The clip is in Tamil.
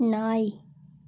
நாய்